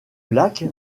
lac